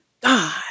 God